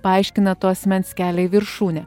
paaiškina to asmens kelią į viršūnę